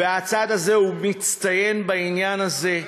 והצד הזה מצטיין בעניין הזה.